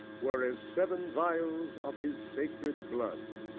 were as seven phials of his sacred blood.